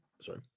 Sorry